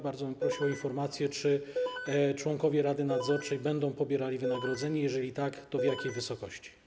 Bardzo bym prosił o informację, czy członkowie rady nadzorczej będą pobierali wynagrodzenie, a jeżeli tak, to w jakiej wysokości.